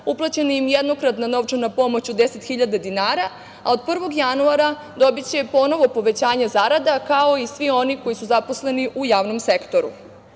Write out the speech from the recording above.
uplaćena im je jednokratna novčana pomoć od 10.000 dinara, a od 1. januara dobiće ponovo povećanje zarada, kao i svi oni koji su zaposleni u javnom